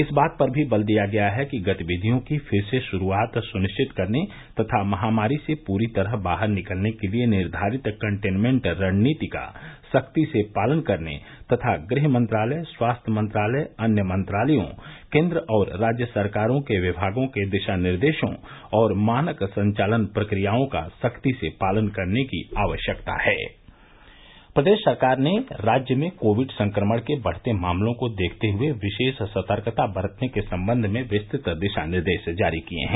इस बात पर भी बल दिया गया है कि गतिविधियों की फिर से शुरूआत सुनिश्चित करने तथा महामारी से पूरी तरह बाहर निकलने के लिए निर्धारित कंटेनमेंट रणनीति का सख्ती से पालन करने तथा गृह मंत्रालय स्वास्थ्य मंत्रालय अन्य मंत्रालयों केन्द्र और राज्य सरकारों के विमागों के दिशा निर्देशों और मानक संचालन प्रक्रियाओं का सख्ती से पालन करने की आवश्यकता है प्रदेश सरकार ने राज्य में कोविड संक्रमण के बढ़ते मामलों को देखते हुए विशेष सतर्कता बरतने के सम्बन्ध में विस्तृत दिशा निर्देश जारी किये हैं